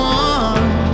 one